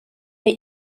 neu